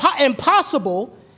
impossible